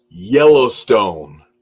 Yellowstone